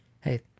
Hey